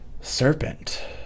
serpent